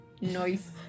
Nice